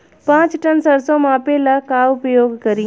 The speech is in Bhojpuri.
पाँच टन सरसो मापे ला का उपयोग करी?